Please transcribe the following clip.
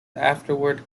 afterward